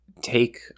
take